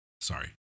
Sorry